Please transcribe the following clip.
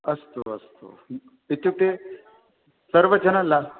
अस्तु अस्तु इत्युक्ते सर्वजनला